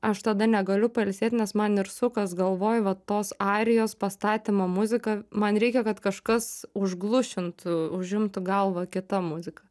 aš tada negaliu pailsėt nes man ir sukas galvoj va tos arijos pastatymo muzika man reikia kad kažkas užglušintų užimtų galvą kita muzika